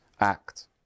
Act